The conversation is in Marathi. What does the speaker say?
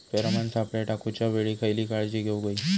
फेरोमेन सापळे टाकूच्या वेळी खयली काळजी घेवूक व्हयी?